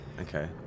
okay